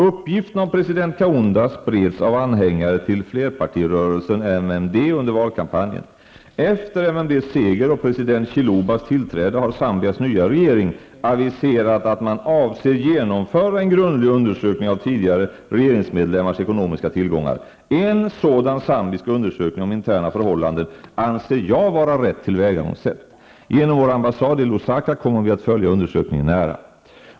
Uppgifterna om president Kaunda spreds av anhängare till flerpartirörelsen MMD under valkampanjen. Efter MMDs seger och president Chilubas tillträde har Zambias nya regering aviserat att man avser genomföra en grundlig undersökning av tidigare regeringsmedlemmars ekonomiska tillgångar. En sådan zambisk undersökning om interna förhållanden anser jag vara rätt tillvägagångssätt. Genom vår ambassad i Lusaka kommer vi att följa undersökningen nära.